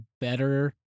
better